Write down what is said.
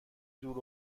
دور